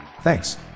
Thanks